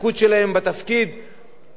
שלא תהיה מחשבה לא ראויה.